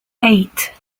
eight